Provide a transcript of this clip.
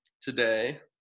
today